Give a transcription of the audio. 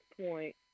point